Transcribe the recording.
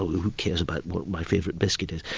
who cares about what my favourite biscuit is?